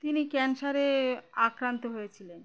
তিনি ক্যান্সারে আক্রান্ত হয়েছিলেন